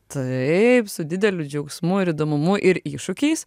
taip su dideliu džiaugsmu ir įdomumu ir iššūkiais